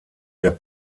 der